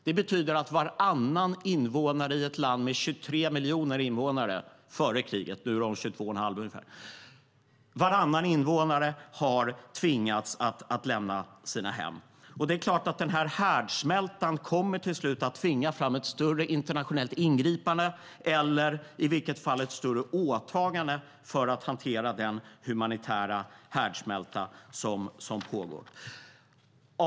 Det betyder att varannan invånare i ett land med 23 miljoner invånare före kriget - nu är de ungefär 22 1⁄2 miljoner - har tvingats lämna sina hem. Det är klart att denna härdsmälta till slut kommer att tvinga fram ett större internationellt ingripande eller i alla fall ett större åtagande för att hantera den humanitära härdsmälta som pågår.